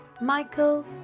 Michael